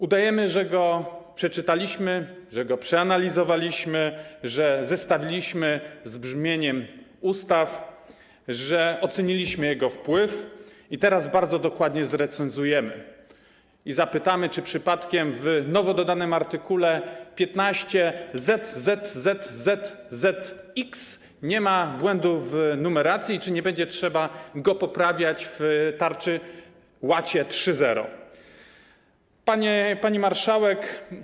Udajemy, że go przeczytaliśmy, że go przeanalizowaliśmy, że zestawiliśmy z brzmieniem ustaw, że oceniliśmy jego wpływ i teraz bardzo dokładnie zrecenzujemy i zapytamy, czy przypadkiem w nowo dodanym art. 15zzzzzx nie ma błędu w numeracji i czy nie będzie trzeba go poprawiać w tarczy, łacie 3.0? Pani Marszałek!